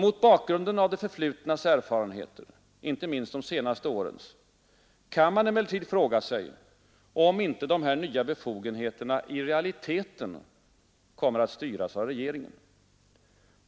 Mot bakgrunden av det förflutnas erfarenheter — inte minst de senaste årens — kan man emellertid fråga sig, om inte dessa nya befogenheter i realiteten kommer att styras av regeringen.